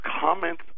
comments